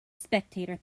spectator